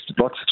lots